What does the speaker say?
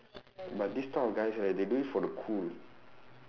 but this type of guys right they do it for the cool